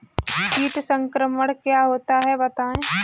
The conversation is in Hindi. कीट संक्रमण क्या होता है बताएँ?